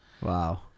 wow